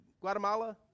Guatemala